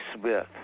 Smith